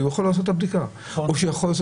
הרי הוא יכול לעשות את הבדיקה או שהוא יכול לעשות